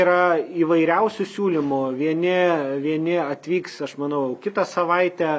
yra įvairiausių siūlymų vieni vieni atvyks aš manau kitą savaitę